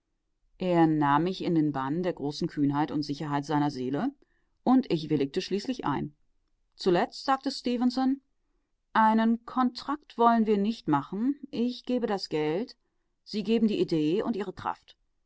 er nahm mich in den bann der großen kühnheit und sicherheit seiner seele und ich willigte endlich ein zuletzt sagte stefenson einen kontrakt wollen wir nicht machen ich gebe das geld sie geben die idee und ihre kraft